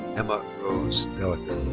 emma rose dellecker.